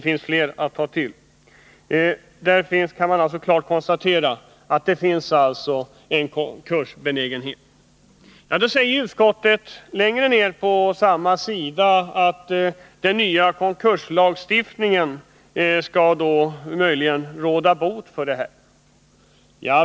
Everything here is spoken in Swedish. Man kan klart konstatera att det finns en konkursbenägenhet. Det står längre ner på samma sida i utskottsbetänkandet att den nya konkurslagstiftningen möjligen skall råda bot på förhållandena.